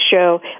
show